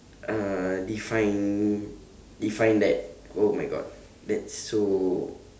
uh define define that oh my god that's so